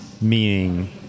meaning